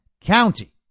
county